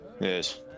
Yes